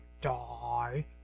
die